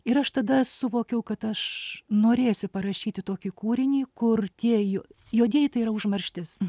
ir aš tada suvokiau kad aš norėsiu parašyti tokį kūrinį kur tieji juodieji tai yra užmarštis